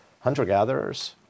Hunter-gatherers